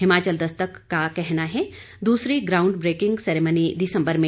हिमाचल दस्तक का कहना है दूसरी ग्राउंड ब्रेकिंग सेरेमनी दिसंबर में